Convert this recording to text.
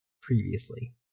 previously